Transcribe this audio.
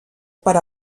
per